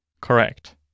Correct